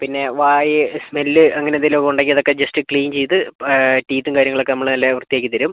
പിന്നെ വായ് സ്മെൽ അങ്ങനെ എന്തെങ്കിലും ഒക്കെ ഉണ്ടെങ്കിൽ അത് ജസ്റ്റ് ക്ലീൻ ചെയ്ത് ടീത്തും കാര്യങ്ങൾ ഒക്കെ നമ്മൾ നല്ല വൃത്തിയാക്കി തരും